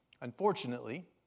unfortunately